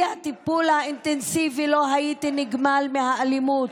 בלי הטיפול האינטנסיבי לא הייתי נגמל מהאלימות.